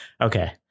Okay